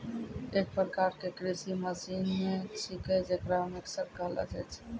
एक प्रकार क कृषि मसीने छिकै जेकरा मिक्सर कहलो जाय छै